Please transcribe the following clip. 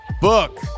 book